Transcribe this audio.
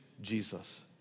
Jesus